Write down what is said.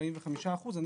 לגבי 45 אחוזים,